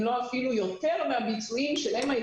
אם לא אפילו יותר מהביצועים של MIT,